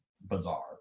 bizarre